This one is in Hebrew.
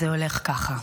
אז זה הולך ככה: